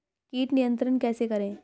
कीट नियंत्रण कैसे करें?